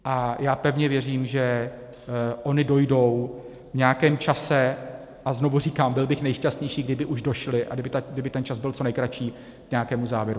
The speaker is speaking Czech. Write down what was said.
A já pevně věřím, že ony dojdou v nějakém čase a znovu říkám, byl bych nejšťastnější, kdyby už došly a kdyby ten čas byl co nejkratší k nějakému závěru.